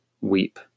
weep